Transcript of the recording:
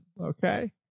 Okay